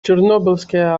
чернобыльская